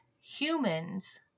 humans